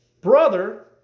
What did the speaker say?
brother